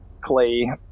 Clay